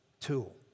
tool